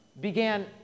began